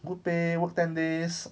good pay work ten days